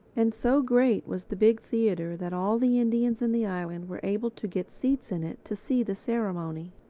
and so great was the big theatre that all the indians in the island were able to get seats in it to see the ceremony.